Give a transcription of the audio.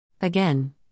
Again